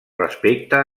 respecte